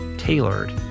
Tailored